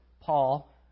Paul